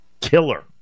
killer